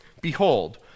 behold